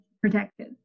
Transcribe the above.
protected